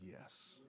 yes